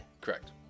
Correct